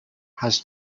has